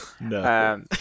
no